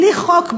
בלי חוק,